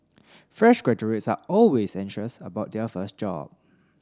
fresh graduates are always anxious about their first job